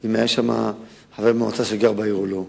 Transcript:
לשאלה אם יש חבר מועצה שגר בשכונה או לא.